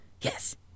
Yes